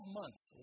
months